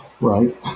Right